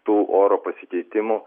tų oro pasikeitimų